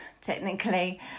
technically